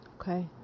Okay